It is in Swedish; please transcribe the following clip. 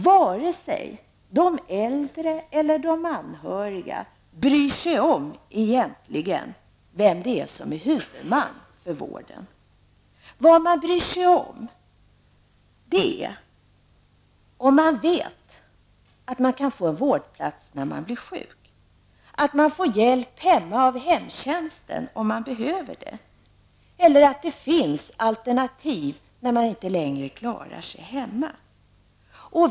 Varken de äldre eller de anhöriga bryr sig egentligen om vem som är huvudman för vården. Vad man bryr sig om är att få veta om man kan få en vårdplats när man blir sjuk, att man kan få hjälp hemma av hemtjänsten när man behöver hjälp eller att det finns alternativ när man inte längre klarar sig hemma.